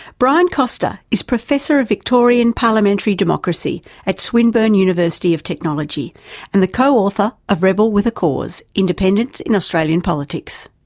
brian costar is professor of victorian parliamentary democracy at swinburne university of technology and the co-author of rebel with a cause independence in australian politics.